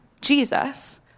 Jesus